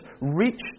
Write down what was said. reach